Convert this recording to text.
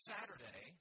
Saturday